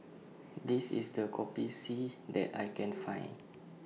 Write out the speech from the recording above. This IS The Best Kopi C that I Can Find